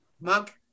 monk